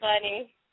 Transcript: funny